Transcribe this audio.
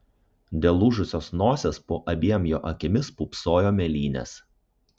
dėl lūžusios nosies po abiem jo akimis pūpsojo mėlynės